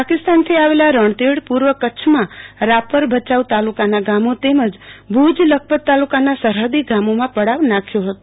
પાકિસ્તાનથી આવેલા રણતીડ પૂર્વ કચ્છમાં રાપર ભચાઉ તાલુકાના ગામો તેમજ ભજ લખપત તાલુકાના સરહદી ગામોમાં પડાવ નાખ્યો હતો